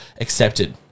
accepted